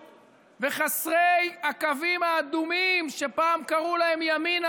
וחסרי הקווים האדומים שפעם קראו להם ימינה,